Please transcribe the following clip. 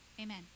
Amen